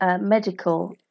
medical